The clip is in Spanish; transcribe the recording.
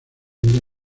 ella